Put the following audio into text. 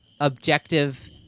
objective